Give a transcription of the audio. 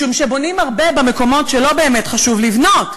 משום שבונים הרבה במקומות שלא באמת חשוב לבנות.